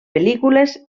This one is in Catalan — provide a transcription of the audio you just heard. pel·lícules